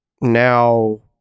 now